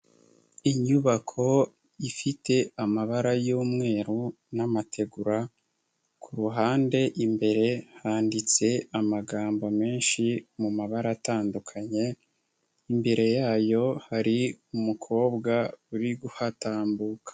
Inyubako ifite amabara y'umweru n'amategura, ku ruhande imbere handitse amagambo menshi mu mabara atandukanye, imbere yayo hari umukobwa uri kuhatambuka.